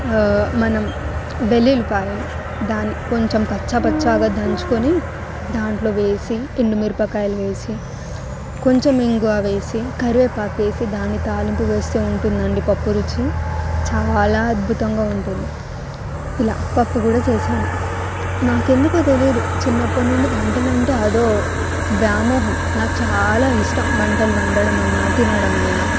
మనం వెల్లుల్లిపాయలు దాని కొంచెం కచ్చాపచ్చాగా దంచుకొని దాంట్లో వేసి ఎండుమిరపకాయలు వేసి కొంచెం ఇంగువ వేసి కరివేపాకు వేసి దాని తాలింపు వేస్తూ ఉంటుందండి పప్పు రుచి చాలా అద్భుతంగా ఉంటుంది ఇలా పప్పు కూడా చేశాను నాకు ఎందుకో తెలియదు చిన్నప్పుడు నుండి మంటలు అంటే అదో వ్యామోహం నాకు చాలా ఇష్టం వంటలు వండడం అన్న తినడమైనా